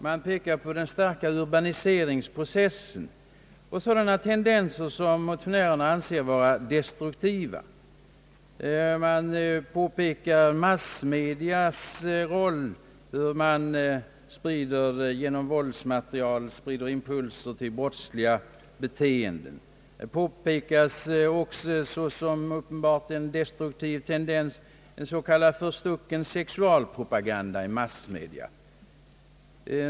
Man pekar på den starka urbaniseringsprocessen och sådana tendenser som man anser vara destruktiva. Man påpekar massmedias roll för spridande av impulser till brottsliga beteenden. Såsom en uppenbart destruktiv tendens påpekas också en s.k. förstucken sexualpropaganda i massmedia.